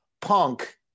punk